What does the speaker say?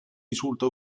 risulta